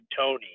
tony